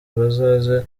bazaze